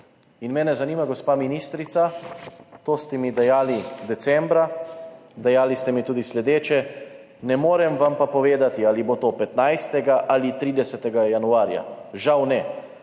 Mene zanima, gospa ministrica, to ste mi dejali decembra, dejali ste mi tudi sledeče: »Ne morem vam pa povedati, ali bo to 15. ali 30. januarja. Žal ne,